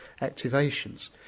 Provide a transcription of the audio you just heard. activations